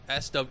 SW